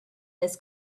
this